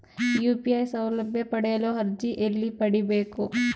UPI ಸೌಲಭ್ಯ ಪಡೆಯಲು ಅರ್ಜಿ ಎಲ್ಲಿ ಪಡಿಬೇಕು?